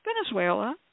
Venezuela